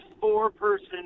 four-person